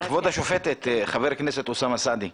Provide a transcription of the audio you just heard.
כבוד השופטת, אני חבר הכנסת אוסאמה סעדי.